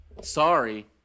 sorry